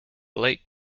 blake